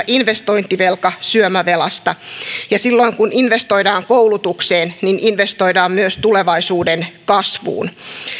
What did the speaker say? investointivelka syömävelasta ja silloin kun investoidaan koulutukseen investoidaan myös tulevaisuuden kasvuun